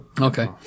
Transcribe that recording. Okay